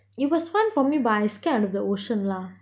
it was fun for me but I scared of the ocean lah